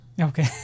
Okay